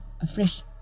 afresh